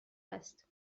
است